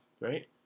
right